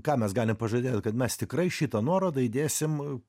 ką mes galim pažadėt kad mes tikrai šitą nuorodą įdėsim